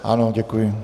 Ano, děkuji.